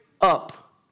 up